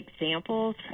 examples